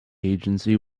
agency